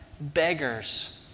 beggars